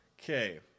Okay